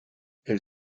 elle